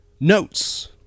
notes